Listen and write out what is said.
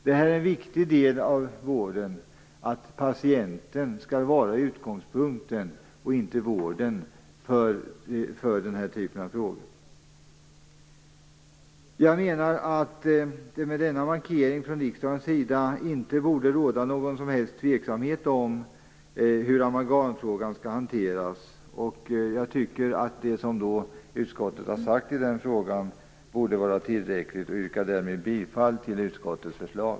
Det är en viktig del av vården att patienten skall var utgångspunkten för den här typen av frågor, och inte vården. Jag menar att det med denna markering från riksdagens sida inte borde råda någon som helst tveksamhet om hur amalgamfrågan skall hanteras. Jag tycker att det som utskottet har sagt i den frågan borde vara tillräckligt. Därmed yrkar jag bifall till utskottets förslag.